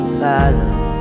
patterns